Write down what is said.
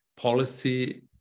policy